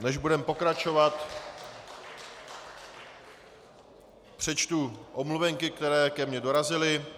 Než budeme pokračovat, přečtu omluvenky, které ke mně dorazily.